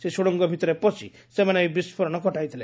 ସେହି ସୁଡ଼ଙ୍ଗ ଭିତରେ ପଶି ସେମାନେ ଏହି ବିଷ୍କୋରଣ ଘଟାଇଥିଲେ